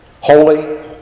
holy